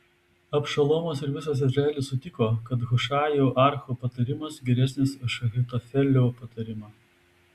abšalomas ir visas izraelis sutiko kad hušajo archo patarimas geresnis už ahitofelio patarimą